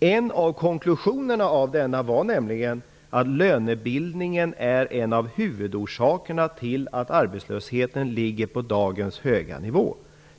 En av konklusionerna var nämligen att lönebildningen är en av huvudorsakerna till att arbetslösheten ligger på dagens höga nivå.